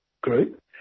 Group